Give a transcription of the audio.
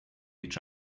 each